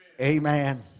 Amen